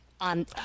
on